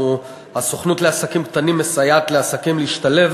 הסוכנות לעסקים קטנים מסייעת לעסקים להשתלב